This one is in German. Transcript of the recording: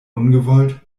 ungewollt